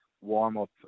warm-up